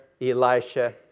Elisha